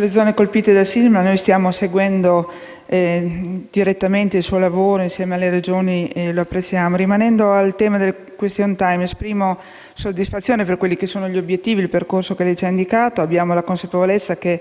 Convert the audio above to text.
le zone colpite dal sisma, stiamo seguendo direttamente il suo lavoro insieme alle Regioni e lo apprezziamo. Tornando al tema del *question time*, esprimo soddisfazione per gli obiettivi e il percorso che lei ci ha indicato. Abbiamo la consapevolezza che